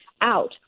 out